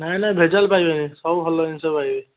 ନାଇ ନାଇ ଭେଜାଲ୍ ପାଇବେନି ସବୁ ଭଲ ଜିନିଷ ପାଇବେ